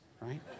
right